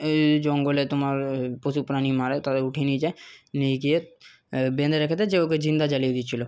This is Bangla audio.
এই জঙ্গলে তোমার পশু প্রাণী মারে তারা উঠিয়ে নিয়ে যায় নিয়ে গিয়ে বেঁধে রেখে দেয় যে ওকে জিন্দা জ্বালিয়ে দিচ্ছিলো